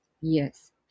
Yes